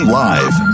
live